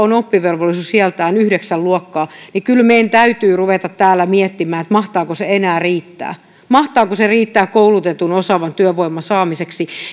guatemalassa oppivelvollisuus on yhdeksän luokkaa niin kyllä meidän täytyy ruveta täällä miettimään mahtaako se enää riittää mahtaako se riittää koulutetun osaavan työvoiman saamiseksi